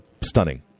stunning